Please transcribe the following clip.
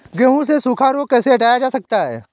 गेहूँ से सूखा रोग कैसे हटाया जा सकता है?